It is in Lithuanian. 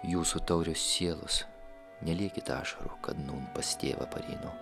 jūsų taurios sielos neliekit ašarų kad pas tėvą pareinu